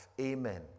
Amen